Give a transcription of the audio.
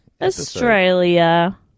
Australia